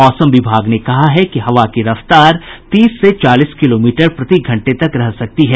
मौसम विभाग ने कहा है कि हवा की रफ्तार तीस से चालीस किलोमीटर प्रति घंटे तक रह सकती है